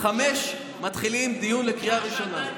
ב-17:00 מתחילים דיון לקריאה ראשונה.